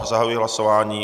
Zahajuji hlasování.